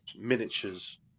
miniatures